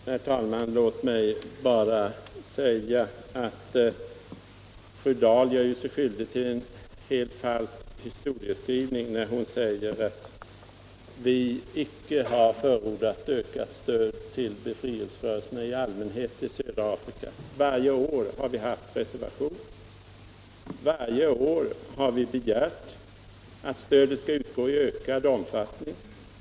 Herr talman! Fru Dahl gör sig skyldig till en helt falsk historieskrivning när hon säger att vi inom vårt parti icke har förordat ökat stöd till befrielserörelserna i södra Afrika. Varje år har vi haft reservation. varje år har vi begärt att stödet skall utgå i ökad omfattning.